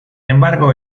embargo